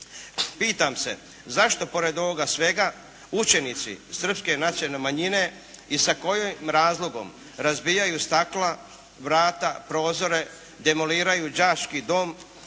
Pitam se zašto pored ovoga svega učenici srpske nacionalne manjine i sa kojim razlogom razbijaju stakla, vrata, prozore, demoliraju đački dom,